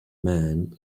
man